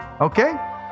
Okay